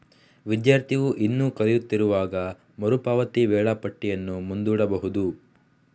ವಿದ್ಯಾರ್ಥಿಯು ಇನ್ನೂ ಕಲಿಯುತ್ತಿರುವಾಗ ಮರು ಪಾವತಿ ವೇಳಾಪಟ್ಟಿಯನ್ನು ಮುಂದೂಡಬಹುದು